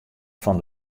fan